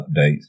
updates